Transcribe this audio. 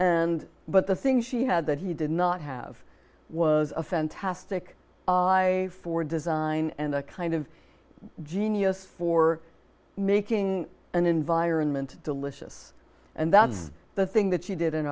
and but the thing she had that he did not have was a fantastic i for design and a kind of genius for making an environment delicious and that's the thing that she did in